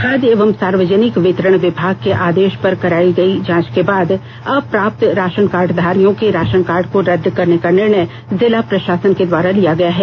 खाद्य एवं सार्वजनिक वितरण विभाग के आदेश पर कराई गई जांच के बाद अ प्राप्त राशनकार्डधारियों के राशन कार्ड को रद्द करने का निर्णय जिला प्र शासन के द्वारा लिया गया है